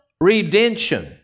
redemption